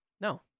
No